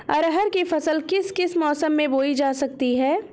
अरहर की फसल किस किस मौसम में बोई जा सकती है?